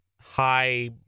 high